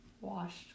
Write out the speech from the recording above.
washed